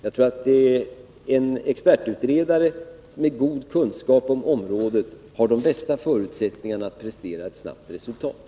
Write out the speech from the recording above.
Jag tror att en expertutredare med god kunskap om området har de bästa förutsättningarna att prestera ett snabbt resultat.